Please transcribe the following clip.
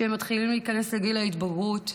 כשהם מתחילים להיכנס לגיל ההתבגרות,